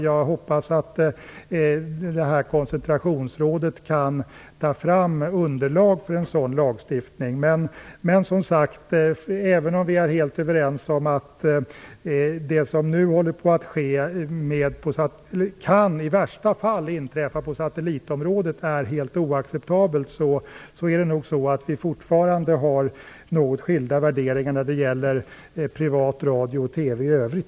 Jag hoppas att Koncentrationsrådet kan ta fram underlag för en sådan lagstiftning. Även om vi är helt överens om att det som nu i värsta fall kan inträffa på satellitområdet är helt oacceptabelt har vi nog fortfarande något skilda värderingar när det gäller privat radio och TV i övrigt.